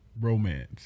romance